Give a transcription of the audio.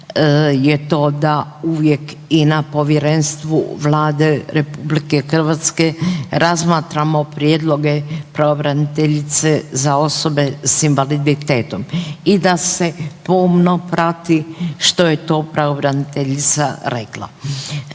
je to da uvijek i na povjerenstvu Vlade RH razmatramo prijedloge pravobraniteljice za osobe s invaliditetom i da se pomno prati što je to pravobraniteljica rekla.